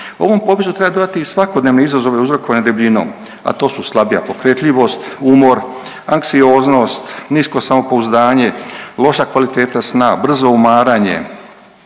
Ovom popisu treba dodati i svakodnevne izazove uzrokovane debljinom, a to su slabija pokretljivost, umor, anksioznost, nisko samopouzdanje, loša kvaliteta sna, brzo umaranje